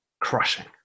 crushing